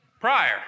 prior